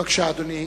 בבקשה, אדוני.